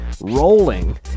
rolling